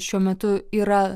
šiuo metu yra